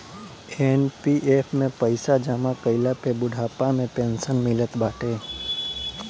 NPF में पईसा जमा कईला पे बुढ़ापा में पेंशन मिलत बाटे